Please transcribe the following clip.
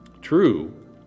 True